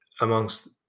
amongst